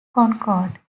concord